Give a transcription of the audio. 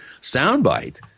soundbite